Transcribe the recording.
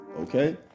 okay